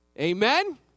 Amen